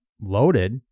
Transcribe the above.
loaded